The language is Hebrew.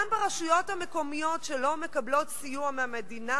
גם ברשויות המקומיות שלא מקבלות סיוע מהמדינה,